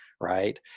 right